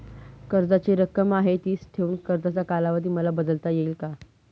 कर्जाची रक्कम आहे तिच ठेवून कर्जाचा कालावधी मला बदलता येईल का?